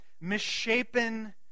misshapen